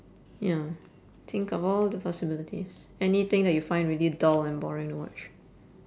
ya think of all the possibilities anything that you find really dull and boring to watch